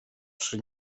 przy